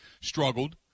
struggled